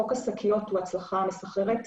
חוק השקיות הוא הצלחה מסחררת.